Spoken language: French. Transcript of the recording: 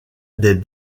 des